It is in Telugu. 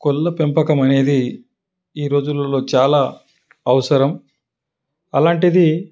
కోళ్ళ పెంపకం అనేది ఈ రోజులలో చాలా అవసరం అలాంటిది